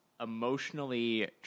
emotionally